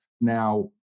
now